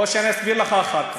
או שאני אסביר לך אחר כך.